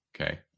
Okay